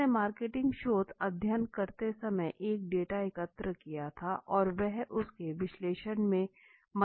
उसने मार्केटिंग शोध अध्ययन करते समय एक डाटा एकत्र किया था और वह उसके विश्लेषण में मदद चाहता था